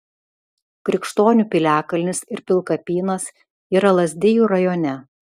krikštonių piliakalnis ir pilkapynas yra lazdijų rajone